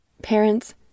Parents